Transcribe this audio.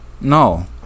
no